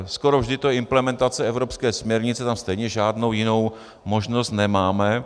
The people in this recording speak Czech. Skoro vždy je to implementace evropské směrnice, tam stejně žádnou jinou možnost nemáme.